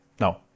No